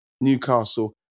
Newcastle